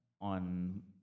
on